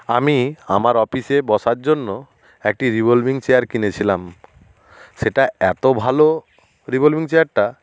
আমি আমার অফিসে বসার জন্য একটি রিভলভিং চেয়ার কিনেছিলাম সেটা এত ভালো রিভলভিং চেয়ারটা